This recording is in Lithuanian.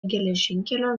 geležinkelio